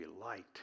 light